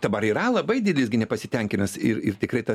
dabar yra labai didelis gi nepasitenkinimas ir ir tikrai tas